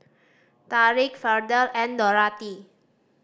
Tariq Verdell and Dorathy